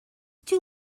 too